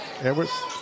Edwards